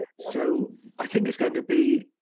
so i think it's going to be,